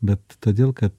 bet todėl kad